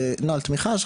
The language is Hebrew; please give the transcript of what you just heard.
נוהל תמיכה,